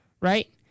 right